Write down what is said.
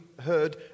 heard